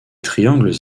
triangles